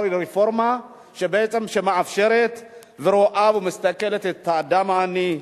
רפורמה שמאפשרת ורואה ומסתכלת על האדם העני.